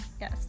yes